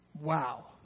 Wow